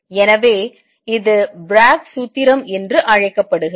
எனவே இது ப்ராக் சூத்திரம் என்று அழைக்கப்படுகிறது